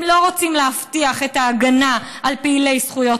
הם לא רוצים להבטיח את ההגנה על פעילי זכויות